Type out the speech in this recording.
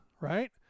right